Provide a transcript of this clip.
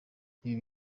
ibi